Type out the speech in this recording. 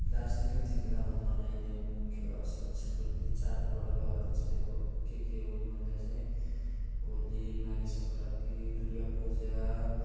दार्जिलिङ जिल्लामा मनाइने मुख्य सांस्कृतिक चाडपर्वहरू चाहिँ अब के के हुन् भन्दा चाहिँ होली माघे सङ्क्रान्ति दुर्गापूजा